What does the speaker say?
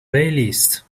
playlist